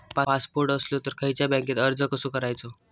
Passport असलो तर खयच्या बँकेत अर्ज कसो करायचो?